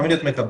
תמיד את מקבלת.